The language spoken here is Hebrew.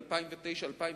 2009 2010,